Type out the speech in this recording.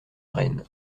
rennes